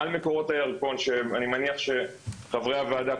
מעל מקורות הירקון שאני מניח שחברי הוועדה,